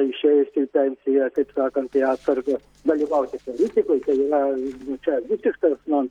išėjus į pensiją kaip sakant į atsargą dalyvauti politikoj tai na čia visiškas man